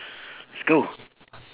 let's go